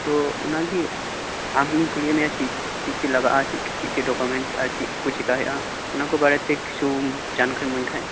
ᱛᱳ ᱚᱱᱟᱜᱮ ᱟᱢ ᱤᱧ ᱠᱩᱞᱤᱭᱮᱫ ᱢᱮᱭᱟ ᱪᱮᱫ ᱪᱮᱫ ᱞᱟᱜᱟᱜᱼᱟ ᱪᱮᱫ ᱪᱮᱫ ᱰᱚᱠᱩᱢᱮᱱᱴ ᱟᱨ ᱪᱮᱫ ᱠᱚ ᱪᱮᱠᱟᱭ ᱦᱩᱭᱩᱜᱼᱟ ᱚᱱᱟ ᱠᱚ ᱵᱟᱨᱮᱛᱮ ᱠᱤᱪᱷᱩ ᱡᱟᱱᱠᱟᱨᱤᱢ ᱮᱢᱟᱤᱧ ᱠᱷᱟᱡ